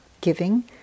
giving